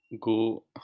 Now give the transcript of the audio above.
go